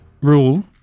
rule